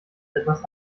etwas